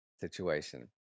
situation